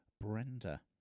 Brenda